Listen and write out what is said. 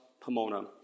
Pomona